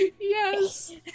Yes